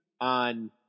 on